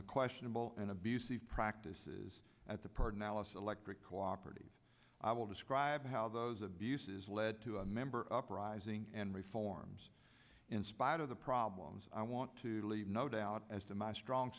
the questionable and abusive practices at the pardon alice electric cooperative i will describe how those abuses led to a member uprising and reforms in spite of the problems i want to leave no doubt as to my strong